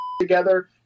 together